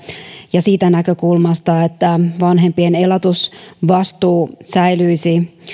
ja siitä näkökulmasta että vanhempien elatusvastuu säilyisi